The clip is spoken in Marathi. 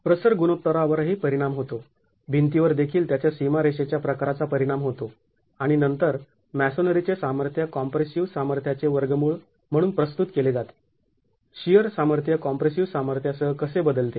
प्रसर गुणोत्तरावरही परिणाम होतो भिंतीवर देखील त्याच्या सीमारेषेच्या प्रकाराचा परिणाम होतो आणि नंतर मॅसोनरीचे सामर्थ्य कॉम्प्रेसिव सामर्थ्याचे वर्गमूळ म्हणून प्रस्तुत केले जाते शिअर सामर्थ्य कॉम्प्रेसिव सामर्थ्यासह कसे बदलते